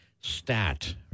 stat